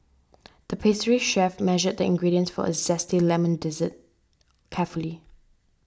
the pastry chef measured the ingredients for a Zesty Lemon Dessert carefully